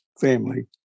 family